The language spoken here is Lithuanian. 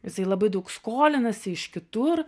jisai labai daug skolinasi iš kitur